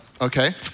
okay